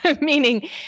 meaning